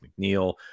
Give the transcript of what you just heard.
McNeil